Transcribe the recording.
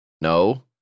No